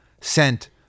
sent